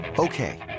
Okay